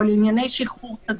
או על ענייני שחרור כזה.